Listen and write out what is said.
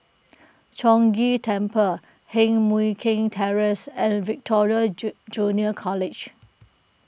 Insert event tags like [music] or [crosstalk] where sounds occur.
[noise] Chong Ghee Temple Heng Mui Keng Terrace and Victoria Ju Junior College